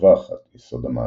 מושבה אחת – יסוד המעלה,